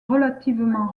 relativement